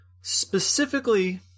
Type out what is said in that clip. specifically